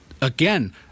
again